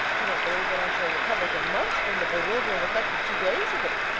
i don't believe that i shall recover for months from the bewildering effect of two days of it.